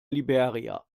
liberia